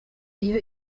iyo